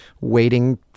waiting